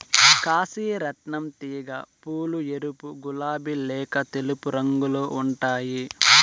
కాశీ రత్నం తీగ పూలు ఎరుపు, గులాబి లేక తెలుపు రంగులో ఉంటాయి